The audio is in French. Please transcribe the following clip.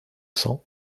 cents